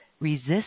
resist